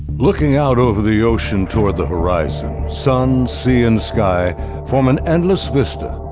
looking out over the ocean towards the horizon, sun, sea, and sky form an endless vista.